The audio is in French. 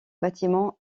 bâtiments